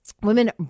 women